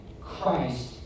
Christ